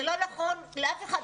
זה לא נכון לאף אחד,